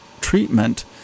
treatment